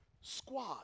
squad